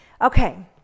okay